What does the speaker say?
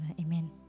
Amen